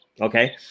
okay